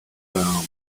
par